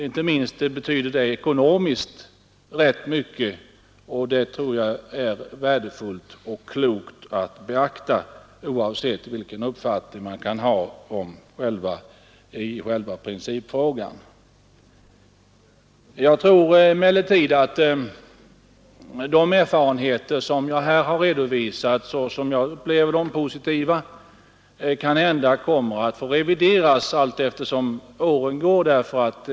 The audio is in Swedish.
Inte minst betyder detta rätt mycket ekonomiskt. Det tror jag är värdefullt och klokt att beakta oavsett vilken uppfattning man har i själva principfrågan. Emellertid tror jag att de positiva erfarenheter som jag här har redovisat så småningom kan komma att få revideras allteftersom åren går.